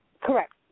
Correct